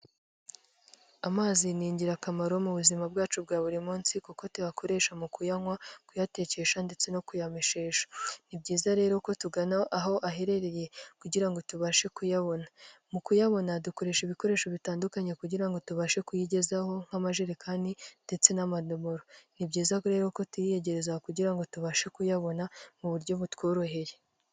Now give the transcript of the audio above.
Amazi ni ingirakamaro mu buzima bwacu bwa buri munsi, kuko tuyakoresha mu kuyanywa kuyatekesha ndetse no kuyameshesha, ni byiza rero ko tugana aho aherereye kugira ngo tubashe kuyabona, mu kuyabona dukoresha ibikoresho bitandukanye kugira ngo tubashe kuyigezaho nk'amajerekani ndetse n'amadoboro, ni byiza rero ko tuyiyegereza kugira ngo tubashe kuyabona mu buryo butworoheye.